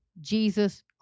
jesus